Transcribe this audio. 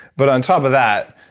but on top of that,